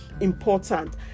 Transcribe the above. important